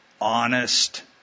honest